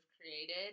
created